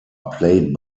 played